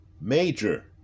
Major